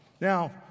Now